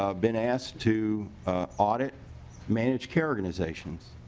ah been asked to audit managed-care organizations.